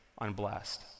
unblessed